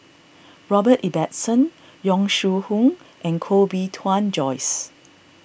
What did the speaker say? Robert Ibbetson Yong Shu Hoong and Koh Bee Tuan Joyce